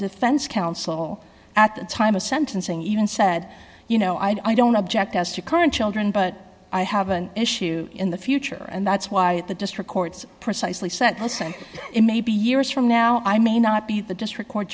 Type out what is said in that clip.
defense counsel at the time of sentencing even said you know i don't object as to current children but i have an issue in the future and that's why the district courts precisely so that i say it may be years from now i may not be the district court